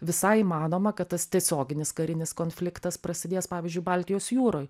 visai įmanoma kad tas tiesioginis karinis konfliktas prasidės pavyzdžiui baltijos jūroj